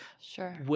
Sure